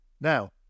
Now